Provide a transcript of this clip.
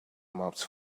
maps